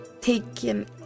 taken